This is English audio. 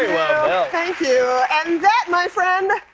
thank you. and that, my friend,